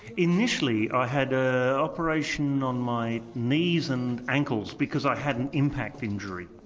initially i had ah an operation on my knees and ankles because i had an impact injury.